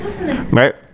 Right